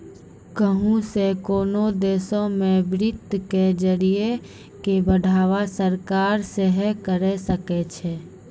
कहुं से कोनो देशो मे वित्त के जरिया के बढ़ावा सरकार सेहे करे सकै छै